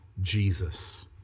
Jesus